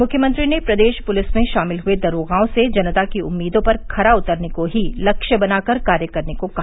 मुख्यमंत्री ने प्रदेश पुलिस में शामिल हुए दरोगाओं से जनता की उम्मीदों पर खरा उतरने को ही लक्ष्य बनाकर कार्य करने को कहा